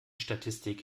statistik